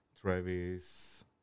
Travis